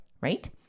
Right